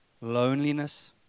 loneliness